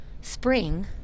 spring